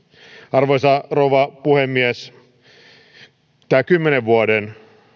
arvoisa rouva puhemies tämä kymmenen vuoden